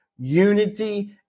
Unity